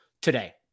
today